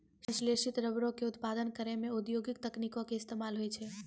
संश्लेषित रबरो के उत्पादन करै मे औद्योगिक तकनीको के इस्तेमाल होय छै